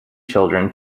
children